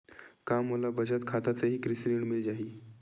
का मोला बचत खाता से ही कृषि ऋण मिल जाहि?